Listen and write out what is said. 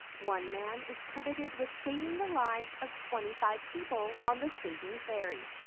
one man is credited with saving the lives of twenty five people on the sinking ferry.